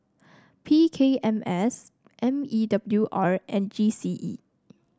P K M S M E W R and G C E